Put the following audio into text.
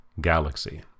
galaxy